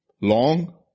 long